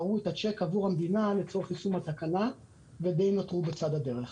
פרעו את הצ'ק עבור המדינה לצורך יישום התקנה ודי נותרו בצד הדרך.